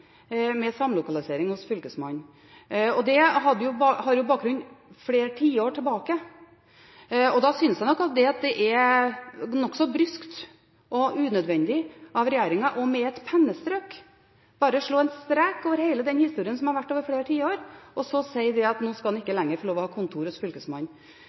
med samlokalisering hos Fylkesmannen, det har bakgrunn flere tiår tilbake. Da synes jeg nok at det er nokså bryskt og unødvendig av regjeringen med et pennestrøk bare å slå en strek over hele den historien som har vært over flere tiår, og så si at nå skal en ikke lenger få lov å ha kontor hos Fylkesmannen.